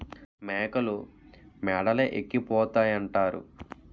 మేకలు మేడలే ఎక్కిపోతాయంతారు